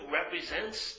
represents